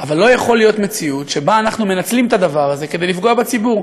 אבל לא יכולה להיות מציאות שאנחנו מנצלים את הדבר הזה כדי לפגוע בציבור.